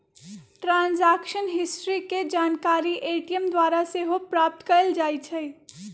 transaction history के जानकारी ATM द्वारा सेहो प्राप्त कएल जाइ छइ